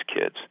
kids